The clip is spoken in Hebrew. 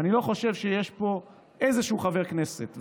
אני לא חושב שיש פה איזשהו חבר כנסת,